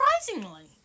Surprisingly